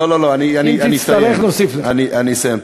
לא לא לא, אני אסיים, אני אסיים.